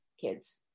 kids